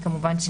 כמובן,